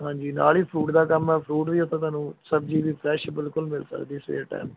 ਹਾਂਜੀ ਨਾਲ ਹੀ ਫਰੂਟ ਦਾ ਕੰਮ ਆ ਫਰੂਟ ਵੀ ਉੱਥੇ ਤੁਹਾਨੂੰ ਸਬਜ਼ੀ ਵੀ ਫਰੈਸ਼ ਬਿਲਕੁਲ ਮਿਲ ਸਕਦੀ ਸਵੇਰ ਟਾਈਮ